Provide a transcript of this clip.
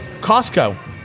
Costco